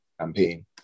campaign